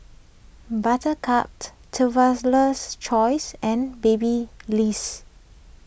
Buttercup Traveler's Choice and Babyliss